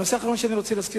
הנושא האחרון שאני רוצה להזכיר,